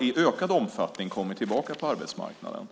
i ökad omfattning har kommit tillbaka på arbetsmarknaden.